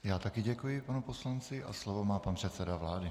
Já také děkuji panu poslanci a slovo má pan předseda vlády.